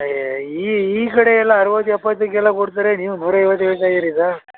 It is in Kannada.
ಅಯ್ಯೋ ಈ ಕಡೆ ಎಲ್ಲ ಅರುವತ್ತು ಎಪ್ಪತ್ತಕ್ಕೆಲ್ಲ ಕೊಡ್ತಾರೆ ನೀವು ನೂರ ಐವತ್ತು ಹೇಳ್ತಾ ಇದೀರ ಈಗ